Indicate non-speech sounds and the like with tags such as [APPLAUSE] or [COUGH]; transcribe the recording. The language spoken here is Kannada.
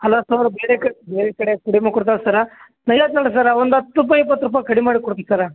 ಹಲೋ ಸರ್ ಬೇರೆ ಕಡೆ ಬೇರೆ ಕಡೆ ಕಡಿಮೆ ಕೊಡ್ತಾರೆ ಸರ [UNINTELLIGIBLE] ಸರ ಒಂದು ಹತ್ತು ರೂಪಾಯಿ ಇಪ್ಪತ್ತು ರೂಪಾಯಿ ಕಡಿಮೆ ಮಾಡಿ ಕೊಡ್ತೀನಿ ಸರ